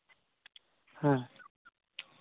ᱦᱮᱸ